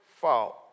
fault